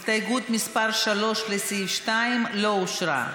הסתייגות מס' 3, לסעיף 2, לא אושרה.